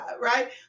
Right